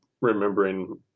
remembering